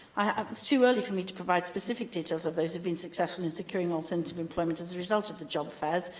it's too early for me to provide specific details of those who have been successful in securing alternative employment as a result of the job fairs,